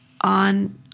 on